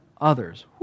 others